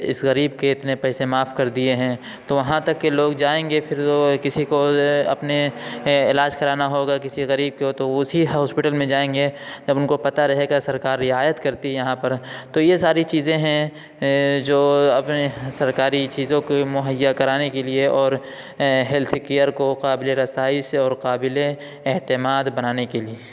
اس غریب کے اتنے پیسے معاف کر دیے ہیں تو وہاں تک کے لوگ جائیں گے پھر کسی کو اپنے علاج کرانا ہوگا کسی غریب کو تو اسی ہاسپٹل میں جائیں گے جب ان کو پتا رہے گا سرکار رعایت کرتی ہے یہاں پر تو یہ ساری چیزیں ہیں جو اپنے سرکاری چیزوں کو مہیا کرانے کے لیے اور ہیلتھ کیئر کو قابل رسائش سے اور قابل اعتماد بنانے کے لیے